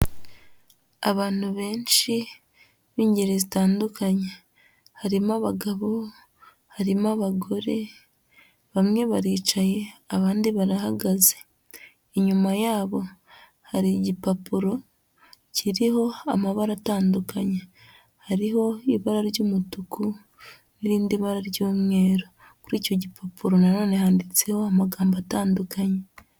Abantu benshi b'ingeri zitandukanye, harimo abagabo, harimo abagore, bamwe baricaye abandi barahagaze, inyuma yabo hari igipapuro kiriho amabara atandukanye, hariho ibara ry'umutuku n'irindi bara ry'umweru, kuri icyo gipapuro nanone handitseho amagambo atandukanye.